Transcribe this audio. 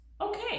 Okay